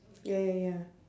ya ya ya